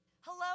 Hello